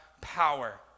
power